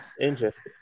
Interesting